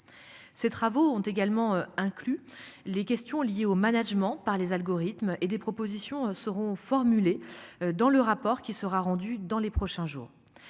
Ces travaux ont également inclus les questions liées au management par les algorithmes et des propositions seront formulées dans le rapport qui sera rendu dans les prochains jours.